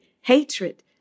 hatred